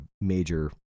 major